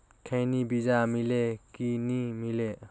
खैनी बिजा मिले कि नी मिले?